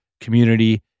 community